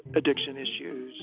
addiction issues,